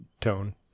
tone